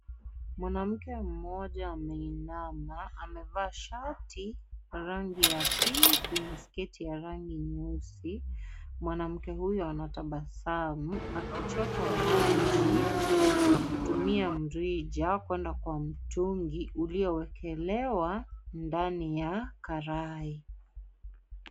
Mwanamke mmoja ameinama amevaaa shati ya rangi ya pinki na sketi ya rangi nyeusi. Mwanamke huyu anatabasamu akichota maji kutumia mrija kwenda kwa mtungi uliowekelewa ndani ya karai.